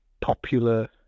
popular